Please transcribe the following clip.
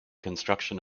construction